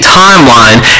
timeline